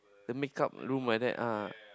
the makeup room like that ah